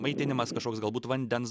maitinimas kažkoks galbūt vandens